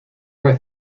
vez